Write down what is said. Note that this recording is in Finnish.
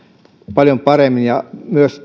paljon paremmin myös